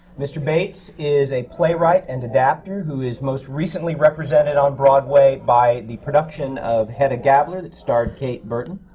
mr. baitz is a playwright and adaptor who is most recently represented on broadway by the production of hedda gabler that starred kate burton.